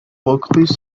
recrues